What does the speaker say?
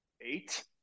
eight